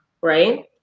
Right